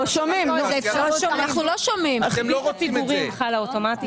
ריבית הפיגורים חלה אוטומטית.